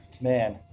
man